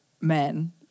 men